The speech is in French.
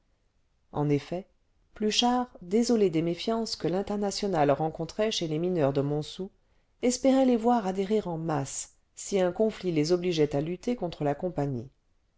en effet pluchart désolé des méfiances que l'internationale rencontrait chez les mineurs de montsou espérait les voir adhérer en masse si un conflit les obligeait à lutter contre la compagnie